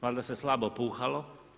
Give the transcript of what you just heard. Valjda se slabo puhalo.